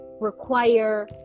require